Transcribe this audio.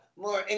more